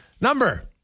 number